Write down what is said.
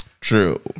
True